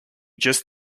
just